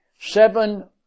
seven